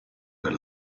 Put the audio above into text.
per